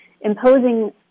imposing